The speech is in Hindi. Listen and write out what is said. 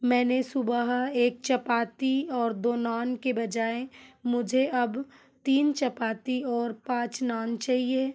मैंने सुबह एक चपाती और दो नान की बजाय मुझे अब तीन चपाती और पाँच नान चाहिए